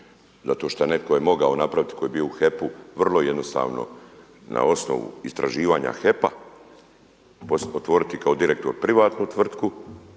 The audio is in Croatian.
zato što netko je mogao napraviti koji je bio u HEP-u, vrlo jednostavno na osnovu istraživanja HEP-a otvoriti kao direktor privatnu tvrtku,